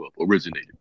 originated